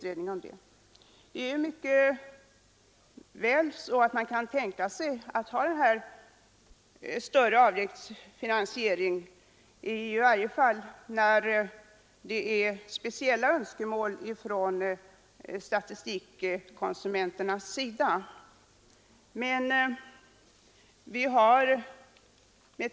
Man kan mycket väl tänka sig att ha en större avgiftsfinansiering, i varje fall när statistikkonsumenterna har speciella önskemål.